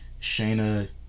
Shayna